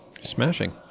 Smashing